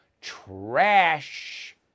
trash